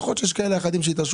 יכול להיות שיש אחדים שהתעשרו,